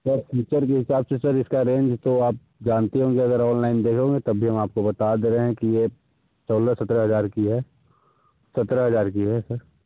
sir feature के हिसाब से सर इसका रेंज तो आप जानते ही होंगे अगर ऑनलाइन देखोगे तब भी हम आपको बता दे रहे हैं कि यह सोलह सत्रह हज़ार की है सत्रह हज़ार की है सर